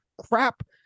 crap